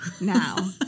now